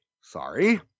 Sorry